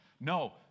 No